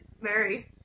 Mary